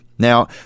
Now